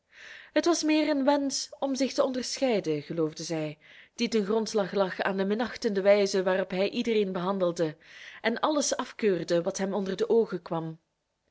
het was meer een wensch om zich te onderscheiden geloofde zij die ten grondslag lag aan de minachtende wijze waarop hij iedereen behandelde en alles afkeurde wat hem onder de oogen kwam